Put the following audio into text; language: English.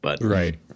Right